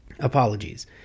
Apologies